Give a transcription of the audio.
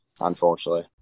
unfortunately